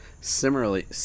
Similarly